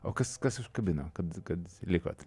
o kas kas užkabino kad kad likot